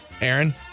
Aaron